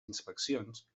inspeccions